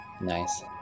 Nice